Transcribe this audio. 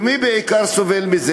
ומי בעיקר סובל מזה?